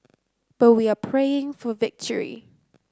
but we are praying for victory